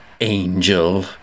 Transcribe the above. angel